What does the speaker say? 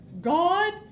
God